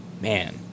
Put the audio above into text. man